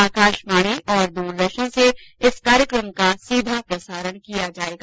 आकाशवाणी और दूरदर्शन से इस कार्यक्रम का सीधा प्रसारण किया जायेगा